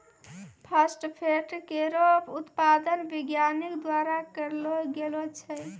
phosphate केरो उत्पादन वैज्ञानिक द्वारा करलो गेलो छै